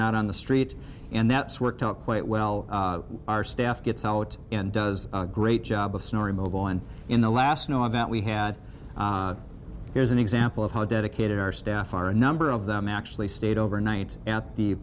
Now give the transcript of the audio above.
not on the streets and that's worked out quite well our staff gets out and does a great job of snow removal and in the last no event we had here's an example of how dedicated our staff are a number of them actually stayed overnight at the